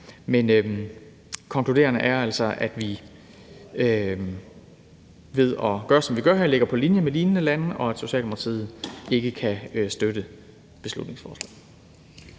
det konkluderende er altså, at vi ved at gøre, som vi gør her, ligger på linje med lignende lande, og at Socialdemokratiet ikke kan støtte beslutningsforslaget.